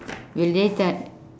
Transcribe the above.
you